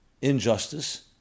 injustice